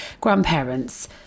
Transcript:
grandparents